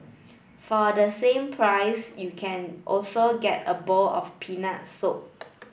for the same price you can also get a bowl of peanut soup